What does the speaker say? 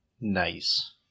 Nice